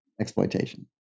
exploitation